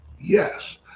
yes